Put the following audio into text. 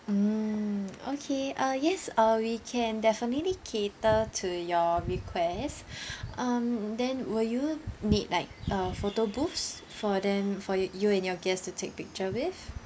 mm okay uh yes uh we can definitely cater to your requests um then will you need like a photo booths for them for you and your guest to take picture with